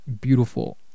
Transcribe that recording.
beautiful